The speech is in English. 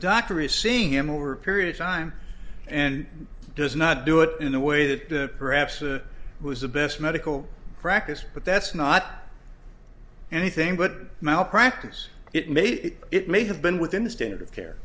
doctor is seeing him over a period of time and does not do it in the way that perhaps it was the best medical practice but that's not anything but malpractise it may it may have been within the standard of